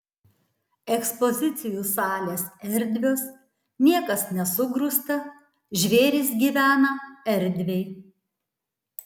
ekspozicijų salės erdvios niekas nesugrūsta žvėrys gyvena erdviai